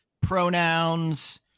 pronouns